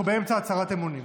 אנחנו באמצע הצהרת אמונים.